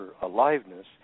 aliveness